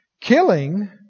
Killing